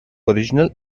original